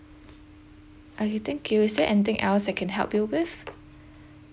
okay you thank you is there anything else I can help you with